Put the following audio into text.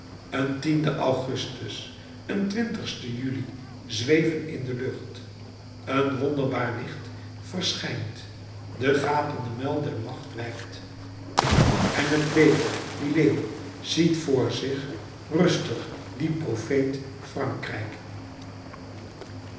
een e augustus een e juli zweven in de lucht een wonderbaar licht verschijnt de gapende muil der macht wijkt en het leger die leeuw ziet voor zich rustig dien profeet frankrijk